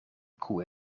koe